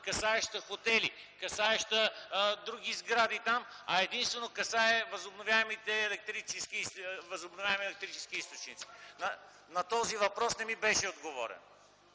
касаеща хотели, касаеща други сгради там, а единствено касае възобновяеми електрически източници? На този въпрос не ми беше отговорено.